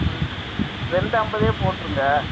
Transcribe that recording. ம் ரெண்டு ஐம்பதே போட்டுருங்க